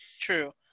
True